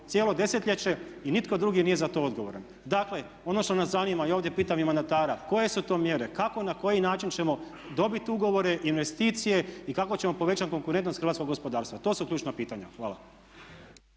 cijelo desetljeće i nitko drugi nije za to odgovoran. Dakle ono što nas zanima, ja ovdje pitam i mandatara, koje su to mjere, kako na koji način ćemo dobiti ugovore, investicije i kako ćemo povećati konkurentnost hrvatskog gospodarstva? To su ključna pitanja. Hvala.